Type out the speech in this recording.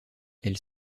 elle